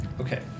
Okay